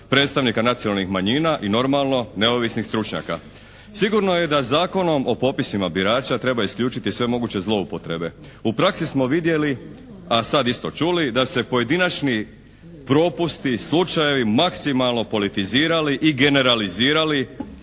predstavnika nacionalnih manjina i normalno neovisnih stručnjaka. Sigurno je da Zakonom o popisima birača treba isključiti sve moguće zloupotrebe. U praksi smo vidjeli a sad isto čuli da se pojedinačni propusti, slučajevi maksimalno politizirali i generalizirali,